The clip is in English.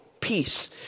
peace